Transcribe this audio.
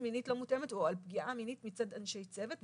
מינית לא מותאמת או על פגיעה מינית מצד אנשי צוות,